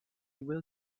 will